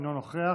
אינו נוכח,